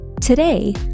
Today